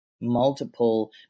multiple